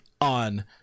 on